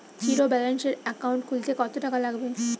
জিরোব্যেলেন্সের একাউন্ট খুলতে কত টাকা লাগবে?